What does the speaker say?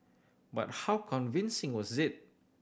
but how convincing was it